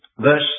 verse